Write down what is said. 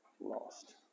lost